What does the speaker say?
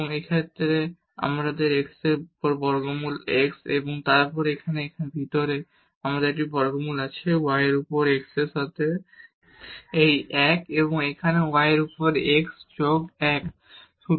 এবং এই ক্ষেত্রে এখানে x এর উপর বর্গমূল x এবং তারপর এখানে ভিতরে আমাদের একটি বর্গমূল আছে y এর উপর x এর সাথে এই 1 এবং এখানেও y এর উপর x যোগ 1